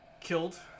killed